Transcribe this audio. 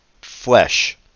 flesh